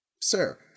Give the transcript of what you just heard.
Sir